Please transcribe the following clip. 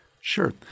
Sure